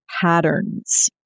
patterns